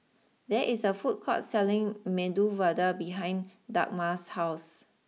there is a food court selling Medu Vada behind Dagmar's house